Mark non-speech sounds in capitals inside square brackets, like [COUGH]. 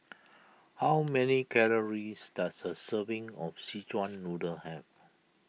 how many calories does a serving of Szechuan [NOISE] Noodle have